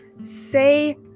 Say